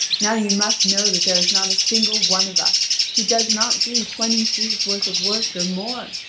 now you must know that there is not a single one of us does not do twenty sous worth of work or more,